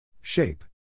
Shape